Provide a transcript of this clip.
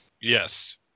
Yes